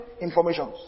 informations